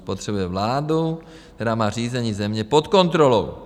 Potřebuje vládu, která má řízení země pod kontrolou.